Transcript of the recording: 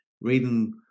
reading